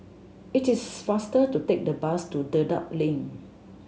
it is faster to take the bus to Dedap Link